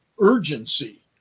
urgency